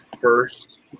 first